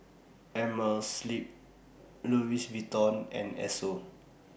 Amerisleep Louis Vuitton and Esso